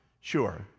sure